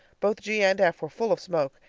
both g and f were full of smoke,